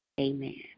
Amen